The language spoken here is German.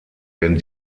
werden